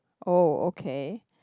oh okay